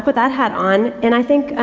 but that hat on. and, i think,